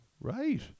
Right